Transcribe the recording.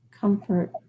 Comfort